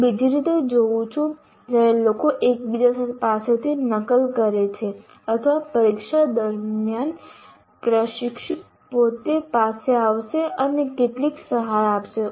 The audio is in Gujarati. હું બીજી રીતે જોઉં છું જ્યારે લોકો એકબીજા પાસેથી નકલ કરે છે અથવા પરીક્ષા દરમિયાન પ્રશિક્ષક પોતે આવશે અને કેટલીક સહાય આપશે